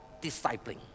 discipling